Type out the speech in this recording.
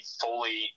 fully